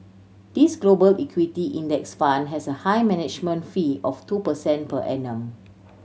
this Global Equity Index Fund has a high management fee of two percent per annum